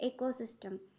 ecosystem